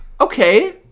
Okay